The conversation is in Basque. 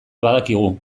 badakigu